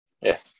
Yes